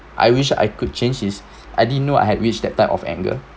I wish I could change is I didn't know I had reached that type of anger